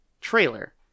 trailer